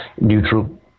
neutral